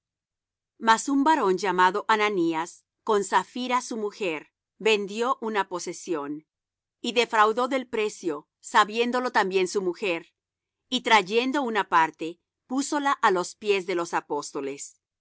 mas un varón llamado ananías con safira su mujer vendió una posesión y defraudó del precio sabiéndolo también su mujer y trayendo una parte púsola á los pies de los apóstoles